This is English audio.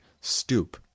Stoop